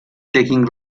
taking